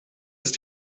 ist